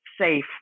safe